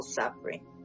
suffering